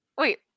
Wait